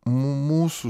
mū mūsų